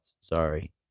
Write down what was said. sorry